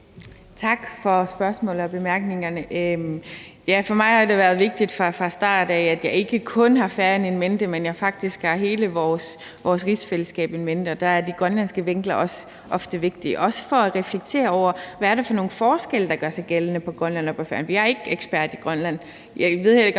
Tak for spørgsmålene og bemærkningerne. For mig har det været vigtigt fra start af, at jeg ikke kun har Færøerne in mente, men at jeg faktisk har hele vores rigsfællesskab in mente, og der er de grønlandske vinkler ofte også vigtige, og det er de også i forhold til at reflektere over, hvad det er for nogle forskelle, der gør sig gældende mellem Grønland og Færøerne. Jeg er ikke ekspert i Grønland.